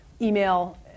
email